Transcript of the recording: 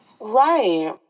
Right